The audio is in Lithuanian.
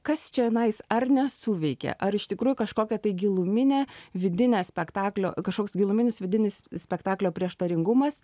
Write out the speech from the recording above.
kas čianais ar nesuveikė ar iš tikrųjų kažkokia giluminė vidinė spektaklio kažkoks giluminis vidinis spektaklio prieštaringumas